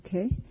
Okay